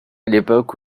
l’époque